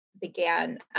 began